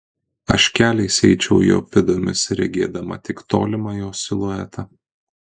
aš keliais eičiau jo pėdomis regėdama tik tolimą jo siluetą